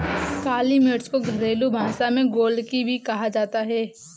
काली मिर्च को घरेलु भाषा में गोलकी भी कहा जाता है